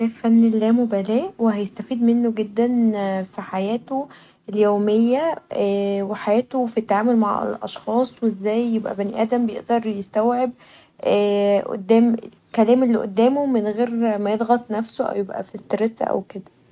كتاب فن للا مبالاه و هيستفيد منه جدا في حياته اليوميه و حياته في التعامل مع الأشخاص ازاي يبقي بني ادم بيقدر يستوعب كلام اللي قدامه من غير ما يضغط نفسه او يبقي في استرس او كدا.